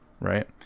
right